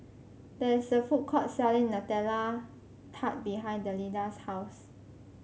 there is a food court selling Nutella Tart behind Delinda's house